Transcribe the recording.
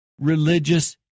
religious